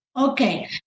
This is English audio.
okay